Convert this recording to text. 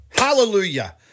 Hallelujah